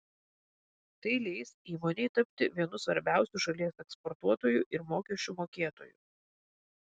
tai leis įmonei tapti vienu svarbiausių šalies eksportuotoju ir mokesčių mokėtoju